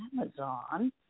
Amazon